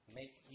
make